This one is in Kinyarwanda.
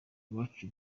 uwacu